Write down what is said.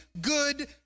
good